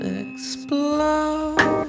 explode